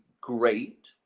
great